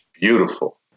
beautiful